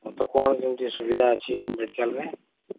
ଆଉ କ'ଣ କେମିତି ସୁବିଧା ଅଛି ଏଇ ମେଡ଼ିକାଲ୍ରେ